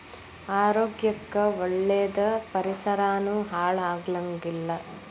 ಆರೋಗ್ಯ ಕ್ಕ ಒಳ್ಳೇದ ಪರಿಸರಾನು ಹಾಳ ಆಗಂಗಿಲ್ಲಾ